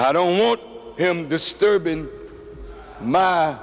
i don't want him disturbing my